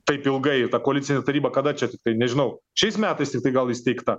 taip ilgai ta koalicinė taryba kada čia tiktai nežinau šiais metais tiktai gal įsteigta